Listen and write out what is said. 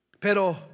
Pero